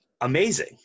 amazing